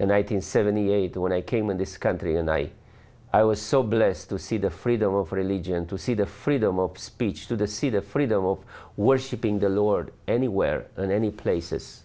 hundred seventy eight when i came in this country and i i was so blessed to see the freedom of religion to see the freedom of speech to the sea the freedom of worship in the lord anywhere in any places